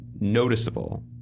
noticeable